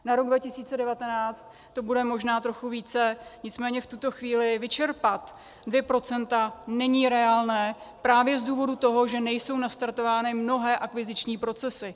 Na rok 2019 to bude možná trochu více, nicméně v tuto chvíli vyčerpat 2 % není reálné právě z důvodu toho, že nejsou nastartovány mnohé akviziční procesy.